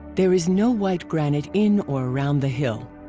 there is no white granite in or around the hill.